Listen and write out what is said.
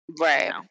Right